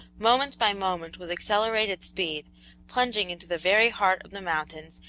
moment by moment with accelerated speed plunging into the very heart of the mountains,